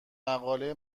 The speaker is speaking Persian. مقاله